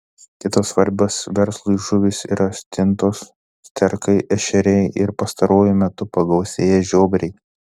kitos svarbios verslui žuvys yra stintos sterkai ešeriai ir pastaruoju metu pagausėję žiobriai